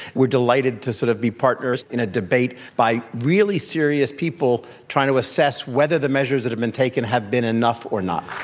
we are delighted to sort of be partners in a debate by really serious people, trying to assess whether the measures that have been taken have been enough or not.